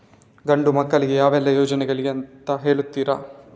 ಗಂಡು ಮಕ್ಕಳಿಗೆ ಯಾವೆಲ್ಲಾ ಯೋಜನೆಗಳಿವೆ ಅಂತ ಹೇಳ್ತೀರಾ?